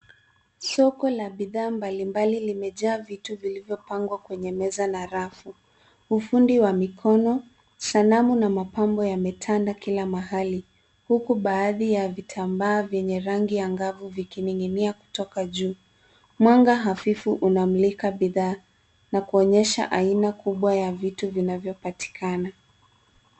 Soko la bidhaa mbalimbali limejaa vitu vilivyopangwa kwenye meza na rafu. Ufundi wa mikono, sanamu na mapambo yametanda kila mahali huku baadhi ya vitambaa vyenye rangi angavu vikining'inia kutoka juu. Mwanga hafifu unamulika bidhaa na kuonyesha aina kubwa ya vitu vinavyopatikana.